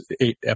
eight